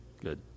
Good